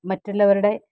മറ്റുള്ളവരുടെ